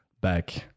back